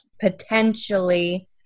potentially